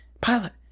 pilot